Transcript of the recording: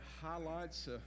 highlights